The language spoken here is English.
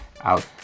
out